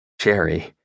Cherry